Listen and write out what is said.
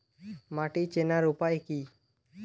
মাটি চেনার উপায় কি?